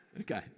Okay